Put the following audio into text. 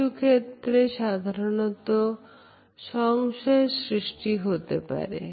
কিছু ক্ষেত্রে সাধারণত সংশয়সৃষ্টি হতে পারে